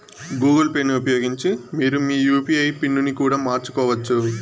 Google పేని ఉపయోగించి మీరు మీ యూ.పీ.ఐ పిన్ ని కూడా మార్చుకోవచ్చు